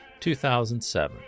2007